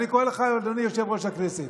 אני קורא לך, אדוני יושב-ראש הכנסת,